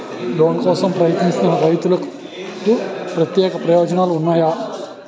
Loan కోసం ప్రయత్నిస్తున్న రైతులకు ప్రత్యేక ప్రయోజనాలు ఉన్నాయా?